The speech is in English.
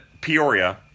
Peoria